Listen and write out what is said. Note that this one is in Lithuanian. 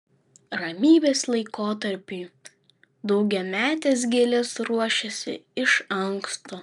ramybės laikotarpiui daugiametės gėlės ruošiasi iš anksto